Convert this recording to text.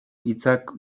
hitzak